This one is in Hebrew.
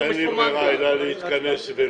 אין לי ברירה אלא להתכנס ולהחליט.